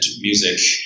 music